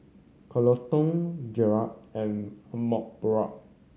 Coleton Gerri and Amparo